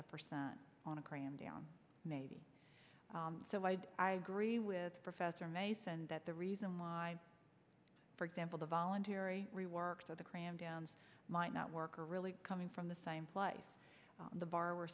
a percent on a cram down maybe so i'd agree with professor mason that the reason why for example the voluntary reworked or the cram downs might not work are really coming from the same place the bar were